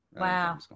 Wow